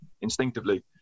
instinctively